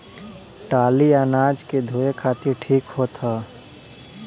टाली अनाज के धोए खातिर ठीक होत ह